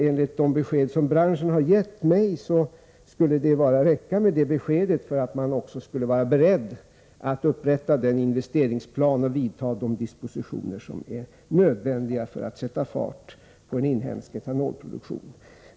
Enligt de upplysningar som branschen har gett mig skulle det räcka med det beskedet för att man skulle vara beredd att upprätta den investeringsplan och vidta de dispositioner som är nödvändiga för att sätta fart på en inhemsk etanolproduktion.